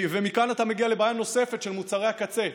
מכאן אתה מגיע לבעיה נוספת, של מוצרי הקצה.